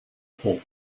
pole